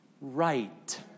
right